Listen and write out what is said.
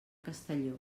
castelló